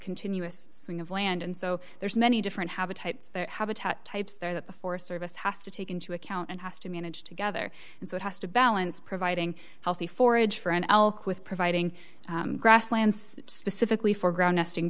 continuous swing of land and so there's many different habitats their habitat types there that the forest service has to take into account and has to manage together and so it has to balance providing healthy forage for an elk with providing grasslands specifically for ground nesting